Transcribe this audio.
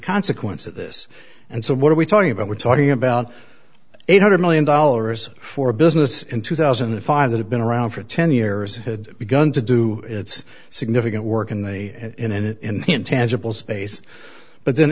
consequence of this and so what are we talking about we're talking about eight hundred million dollars for a business in two thousand and five that have been around for ten years had begun to do its significant work in the in the intangible space but then